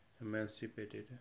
emancipated